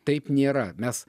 taip nėra mes